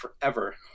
forever